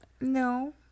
No